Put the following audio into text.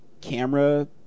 camera